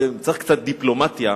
וצריך קצת דיפלומטיה,